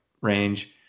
range